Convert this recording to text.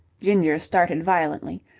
ginger started violently.